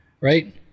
right